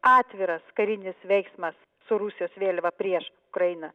atviras karinis veiksmas su rusijos vėliava prieš ukrainą